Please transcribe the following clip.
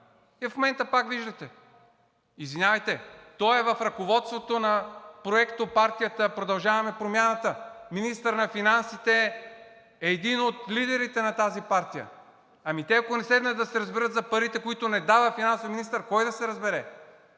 И в момента пак виждате. Извинявайте, той е в ръководството на проектопартията „Продължаваме Промяната“. Министър на финансите е един от лидерите на тази партия. Ами те ако не седнат да се разберат за парите, които не дава финансовият министър, кой да се разбере?!